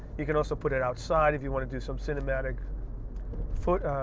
you can also put it outside if you want to do some cinematic footage,